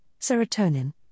serotonin